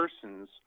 persons